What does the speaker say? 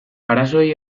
arazoei